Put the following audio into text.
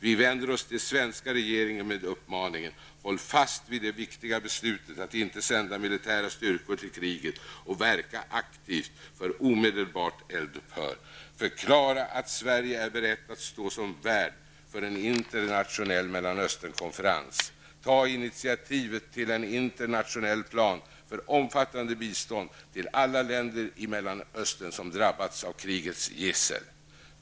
Vi vänder oss till svenska regeringen med uppmaningen: -- Håll fast vid det viktiga beslutet att inte sända militära styrkor till kriget och verka aktivt för omedelbart eld upphör. -- Förklara att Sverige är berett att stå som värd för en internationell Mellanösternkonferens. -- Ta initiativet till en internationell plan för omfattande bistånd till alla länder i Mellanöstern som drabbats av krigets gissel.